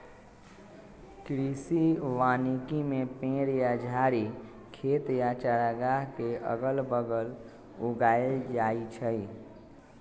कृषि वानिकी में पेड़ या झाड़ी खेत या चारागाह के अगल बगल उगाएल जाई छई